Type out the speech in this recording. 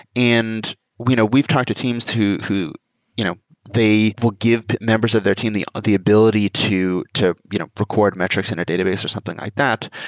and you know we've talked to teams who who you know they will give members of their team the ah the ability to to you know record metrics in a database or something like that.